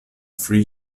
three